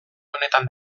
honetan